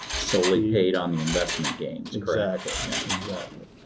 solely paid on the investment gains. exactly. yeah. exactly.